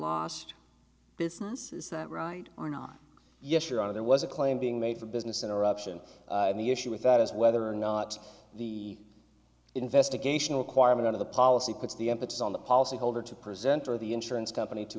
that right or not yes your honor there was a claim being made for business interruption and the issue with that is whether or not the investigation requirement of the policy puts the emphasis on the policy holder to present or the insurance company to